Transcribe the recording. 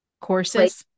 courses